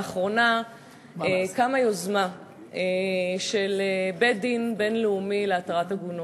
לאחרונה קמה יוזמה של בית-דין בין-לאומי להתרת עגונות,